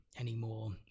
anymore